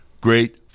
great